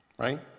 right